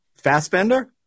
Fassbender